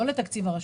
לא לתקציב הרשות.